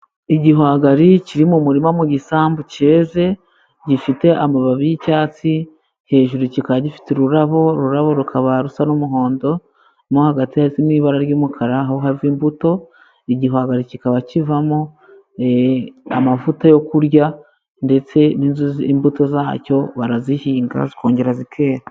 Igihwagari kiri mu murima mu gisambu cyeze, gifite amababi y'icyatsi, hejuru kikaba gifite ururabo, ururabo rukaba rusa n'umuhondo, mo hagati harimo ibara ry'umukara aho hava imbuto, igihwagara kikaba kivamo, amavuta yo kurya, ndetse n' imbuto zacyo barazihinga zikongera zitera.